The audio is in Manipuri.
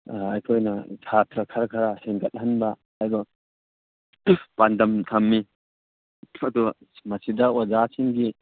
ꯑꯩꯈꯣꯏꯅ ꯁꯥꯇ꯭ꯔ ꯈꯔ ꯈꯔ ꯍꯦꯟꯒꯠꯍꯟꯕ ꯍꯥꯏꯕ ꯄꯥꯟꯗꯝ ꯊꯝꯃꯤ ꯑꯗꯣ ꯃꯁꯤꯗ ꯑꯣꯖꯥꯁꯤꯡꯒꯤ